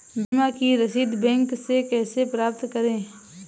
बीमा की रसीद बैंक से कैसे प्राप्त करें?